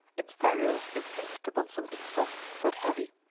its ferrule impinged upon something soft but heavy.